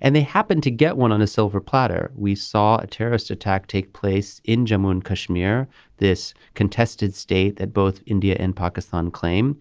and they happened to get one on a silver platter. we saw a terrorist attack take place in jammu and kashmir this contested state that both india and pakistan claim